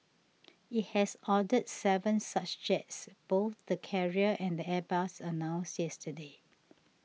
it has ordered seven such jets both the carrier and Airbus announced yesterday